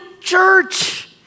church